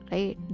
Right